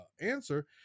answer